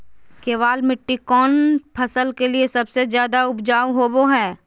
केबाल मिट्टी कौन फसल के लिए सबसे ज्यादा उपजाऊ होबो हय?